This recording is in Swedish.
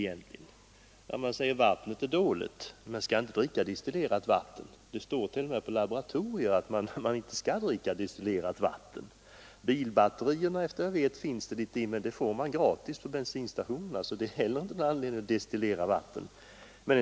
Det destillerade vattnet är ju inte lämpligt att dricka. Det brukar t.o.m. anslås i laboratorier att man inte skall dricka destillerat vatten. Till bilbatterier åtgår små mängder destillerat vatten, men detta kan erhållas gratis på bensinstationerna. Det finns således inte heller av denna anledning något behov av att destillera vatten.